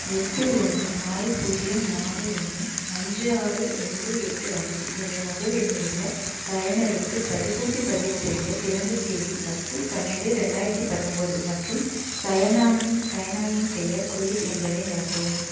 எட்டு ஒன்று ஆறு பூஜ்ஜியம் நாலு ஒன்று அஞ்சு ஆறு ரெண்டு எட்டு அஞ்சு என்ற மொபைல் எண்ணில் உள்ள பயனருக்கு தடுப்பூசிப் பதிவு செய்ய பிறந்த தேதி பத்து பன்னெண்டு ரெண்டாயிரத்து பத்தொம்பது மற்றும் பயனானின் பயனாளியின் பெயர் குயில் என்பதை நிரப்பவும்